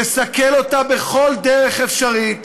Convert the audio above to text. לסכל אותה בכל דרך אפשרית,